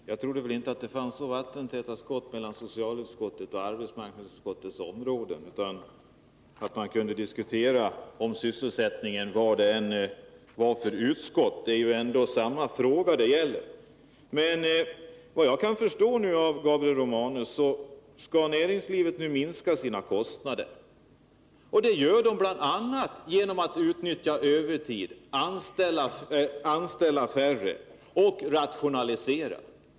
Fru talman! Jag trodde väl inte att det fanns vattentäta skott mellan socialutskottets och arbetsmarknadsutskottets områden utan att vi kunde diskutera sysselsättningen vad det än är för utskott som handlagt ärendet. Det är ju ändå samma fråga det gäller. Vad jag kan förstå av Gabriel Romanus inlägg, skall näringslivet nu minska sina kostnader. Det gör man bl.a. genom att utnyttja övertid, anställa färre och rationalisera.